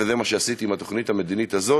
וזה מה שעשיתי עם התוכנית המדינית הזאת.